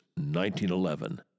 1911